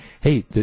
hey